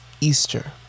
Easter